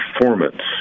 performance